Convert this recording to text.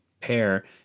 pair